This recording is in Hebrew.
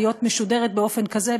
שתהיה משודרת באופן כזה,